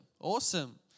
awesome